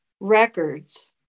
records